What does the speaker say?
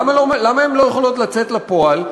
למה הן לא יכולות לצאת לפועל?